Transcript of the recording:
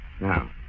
Now